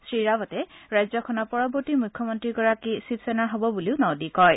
শ্ৰী ৰাৱটে ৰাজ্যখনৰ পৰৱৰ্তী মুখ্যমন্ৰীগৰাকী শিৱসেনাৰ হব বুলিও ন দি কয়